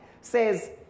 says